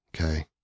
okay